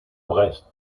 brest